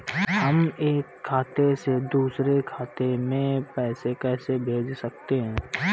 हम एक खाते से दूसरे खाते में पैसे कैसे भेज सकते हैं?